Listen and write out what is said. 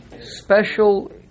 special